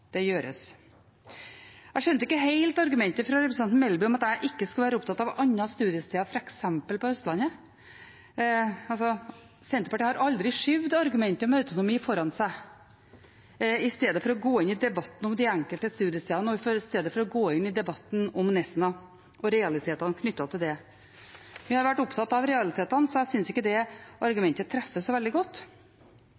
Jeg skjønte ikke helt argumentet fra representanten Melby om at jeg ikke skulle være opptatt av andre studiesteder, f.eks. på Østlandet. Senterpartiet har aldri skjøvet dette argumentet med autonomi foran seg istedenfor å gå inn i debatten om de enkelte studiestedene, og istedenfor å gå inn i debatten om Nesna og realitetene knyttet til det. Men jeg har vært opptatt av realitetene, så jeg synes ikke det